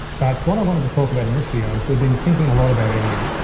but what i wanted to talk about in this video is we'd been thinking a lot about editing.